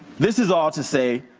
this is all to say,